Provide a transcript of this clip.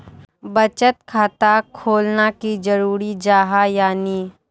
बचत खाता खोलना की जरूरी जाहा या नी?